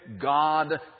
God